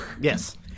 Yes